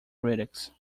critics